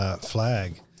flag